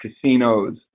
casinos